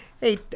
Hey